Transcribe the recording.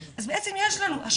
והיא הראתה לנו את הציורים שלו.